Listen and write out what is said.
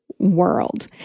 world